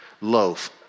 loaf